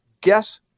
Guess